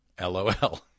LOL